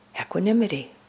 equanimity